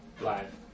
live